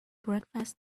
breakfast